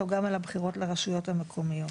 או גם על הבחירות לרשויות המקומיות?